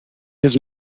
his